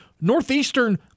Northeastern